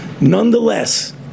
Nonetheless